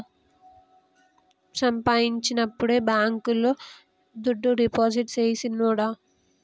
సంపాయించినప్పుడే బాంకీలో దుడ్డు డిపాజిట్టు సెయ్ సిన్నోడా